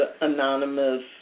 anonymous